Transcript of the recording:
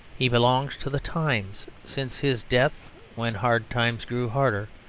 he belongs to the times since his death when hard times grew harder,